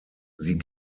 sie